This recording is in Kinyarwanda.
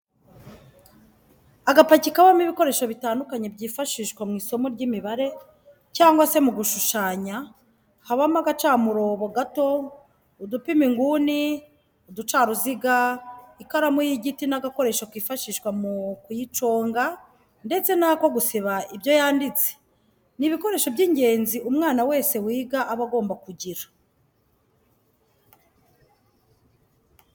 Agapaki kabamo ibikoresho bitandukanye byifashishwa mu isomo ry'imibare cyangwa se mu gushushanya habamo agacamurobo gato, udupima inguni, uducaruziga ,ikaramu y'igiti n'agakoresho kifashishwa mu kuyiconga ndetse n'ako gusiba ibyo yanditse, ni ibikoresho by'ingenzi umwana wese wiga aba agomba kugira.